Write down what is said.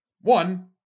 one